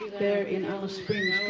they're in alice springs,